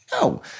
No